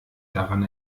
daran